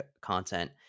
content